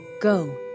Go